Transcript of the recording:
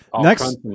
next